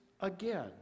again